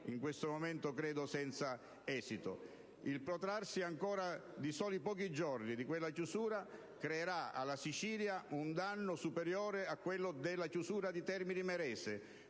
in questo momento senza esito. Il protrarsi di soli pochi giorni di quella chiusura creerà alla Sicilia un danno superiore alla chiusura di Termini Imerese,